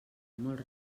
molt